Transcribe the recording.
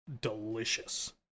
delicious